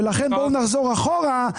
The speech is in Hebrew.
ולכן בואו נחזור אחורה".